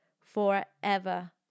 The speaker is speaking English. forever